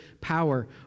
power